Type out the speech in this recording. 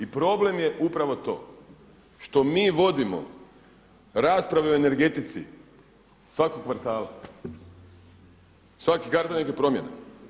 I problem je upravo to što mi vodimo rasprave o energetici svakog kvartala, svaki kvartal neke promjene.